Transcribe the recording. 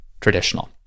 traditional